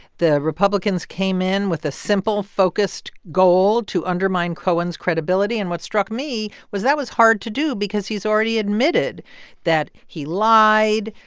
the republicans came in with a simple, focused goal to undermine cohen's credibility. and what struck me was, that was hard to do because he's already admitted that he lied,